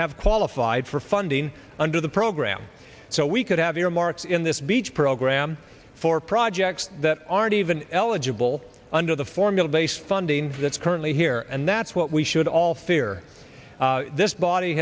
have qualified for funding under the program so we could have earmarks in this beach program for projects that aren't even eligible under the formula based funding that's currently here and that's what we should all fear this body